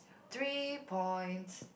three points